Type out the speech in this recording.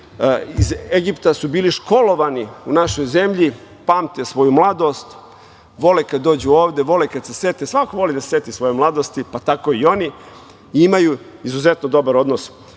iz Egipta su bili školovani u našoj zemlji, pamte svoju mladost, vole kada dođu ovde, vole kada se sete, svako voli da se seti svoje mladosti pa tako i oni, i imaju izuzetno dobar odnos